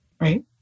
right